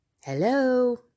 Hello